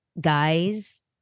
guys